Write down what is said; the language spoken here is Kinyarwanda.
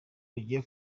rugiye